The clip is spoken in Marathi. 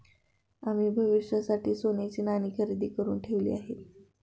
आम्ही भविष्यासाठी सोन्याची नाणी खरेदी करुन ठेवली आहेत